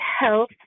health